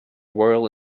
royal